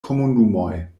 komunumoj